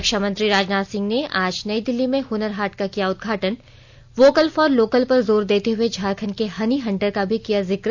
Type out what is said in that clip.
रक्षा मंत्री राजनाथ सिंह ने आज नई दिल्ली में हनर हाट का किया उद्घाटन वोकल फॉर लोकल पर जोर देते हुए झारखण्ड के हनी हंटर का भी किया जिक्र